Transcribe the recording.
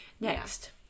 Next